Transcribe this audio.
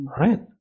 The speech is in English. right